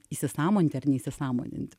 įsisąmoninti ar neįsisąmoninti